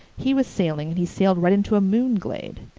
he was sailing and he sailed right into a moonglade.